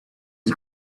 his